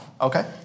Okay